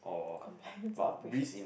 compliant operation